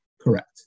Correct